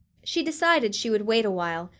she decided she would wait awhile,